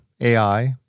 AI